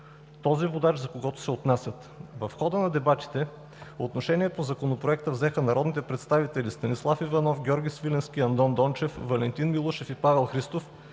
този водач, за когото се отнасят. В хода на дебатите отношение по Законопроекта взеха народните представители: Станислав Иванов, Георги Свиленски, Андон Дончев, Валентин Милушев и Павел Христов,